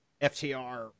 FTR